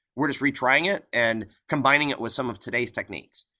we're just retrying it and combining it with some of today's techniques.